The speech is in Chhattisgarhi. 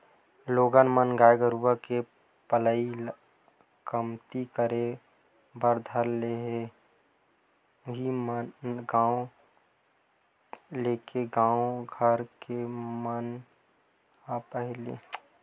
लोगन मन गाय गरुवा के पलई ल कमती करे बर धर ले उहीं नांव लेके गाँव घर के मन ह पहिली जइसे कोठा म कोटना घलोक नइ रखय